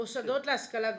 מוסדות להשכלה גבוהה,